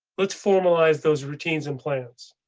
let's formalize those routines and plans.